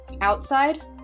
Outside